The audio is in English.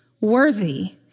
worthy